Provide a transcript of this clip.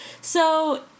so-